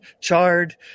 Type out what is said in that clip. charred